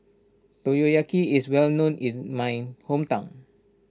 Motoyaki is well known in my hometown